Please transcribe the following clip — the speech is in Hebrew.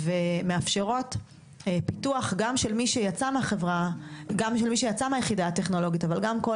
הן מאפשרות פיתוח גם של מי שיצא מהיחידה הטכנולוגית וגם כל